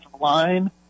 line